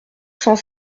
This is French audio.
cent